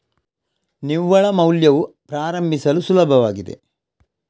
ನಿವ್ವಳ ಮೌಲ್ಯವು ಪ್ರಾರಂಭಿಸಲು ಸುಲಭವಾಗಿದೆ